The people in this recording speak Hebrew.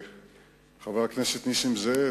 חבר הכנסת נסים זאב,